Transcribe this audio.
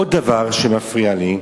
עוד דבר שמפריע לי,